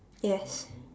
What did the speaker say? yes